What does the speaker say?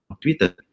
Twitter